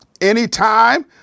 Anytime